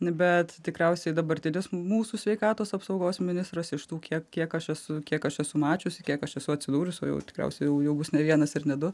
bet tikriausiai dabartinis mūsų sveikatos apsaugos ministrus iš tų kiek kiek aš esu kiek aš esu mačiusi kiek aš esu atsidūrusi o jau tikriausiai jau jų bus ne vienas ir ne du